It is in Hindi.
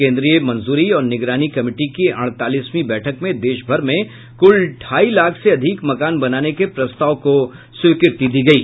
केंद्रीय मंजूरी और निगरानी कमिटी की अड़तालीसवीं बैठक में देशभर में कुल ढाई लाख से अधिक मकान बनाने के प्रस्ताव को स्वीकृति दी गयी